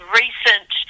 recent